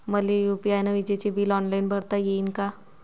मले यू.पी.आय न विजेचे बिल ऑनलाईन भरता येईन का?